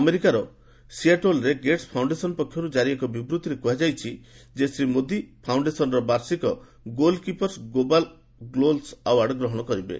ଆମେରିକାର ସିଆଟେଲ୍ରେ Gates foundation ପକ୍ଷରୁ ଜାରି ଏକ ବିବୃତ୍ତିରେ ଗତକାଲି କୁହାଯାଇଛି ଯେ ଶ୍ରୀ ମୋଦୀ ଫାଉଣ୍ଡେସନ୍ର ବାର୍ଷିକ ଗୋଲ୍କିପରସ୍ ଗ୍ଲୋବାଲ୍ ଗୋଲ୍ଟ ଆୱାର୍ଡ୍ ଗ୍ରହଣ କରିବେ